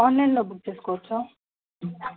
ఆన్లైన్లో బుక్ చేసుకోవచ్చా